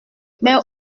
mais